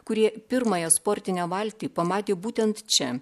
kurie pirmąją sportinę valtį pamatė būtent čia